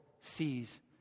sees